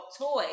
toy